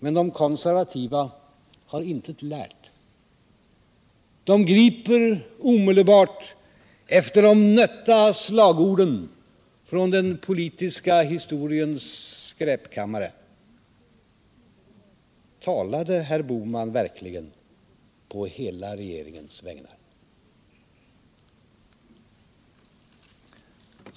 Men de konservativa har intet lärt. De griper omedelbart efter de nötta slagorden från den politiska historiens skräpkammare. Talade herr Bohman verkligen på hela regeringens vägnar?